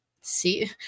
See